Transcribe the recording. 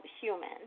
human